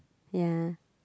ya